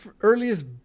earliest